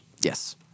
yes